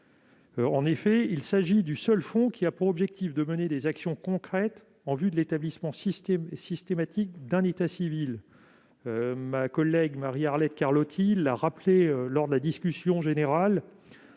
En effet, il s'agit du seul fonds ayant pour objectif de mener des actions concrètes en vue de l'établissement systématique d'un état civil. Comme l'a rappelé ma collègue Marie-Arlette Carlotti lors de la discussion générale,